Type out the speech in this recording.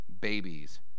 babies